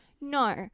No